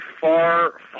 far